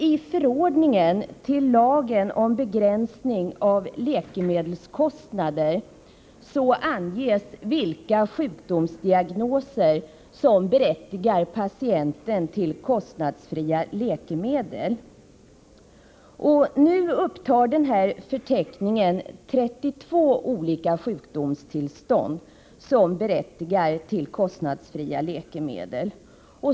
I förordningen till lagen om begränsning av läkemedelskostnader anges vilka sjukdomsdiagnoser som berättigar patienten till kostnadsfria läkemedel. Denna förteckning upptar 32 olika sjukdomstillstånd, som berättigar till kostnadsfria läkemedel.